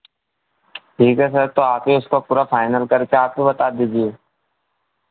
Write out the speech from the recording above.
ठीक है सर तो आप ही उसकाे पूरा फ़ाइनल करके आप ही बता दीजिए